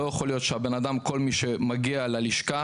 לא יכול להיות שכל מי שמגיע ללשכה,